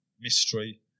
Mystery